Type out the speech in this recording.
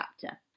chapter